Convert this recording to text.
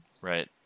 Right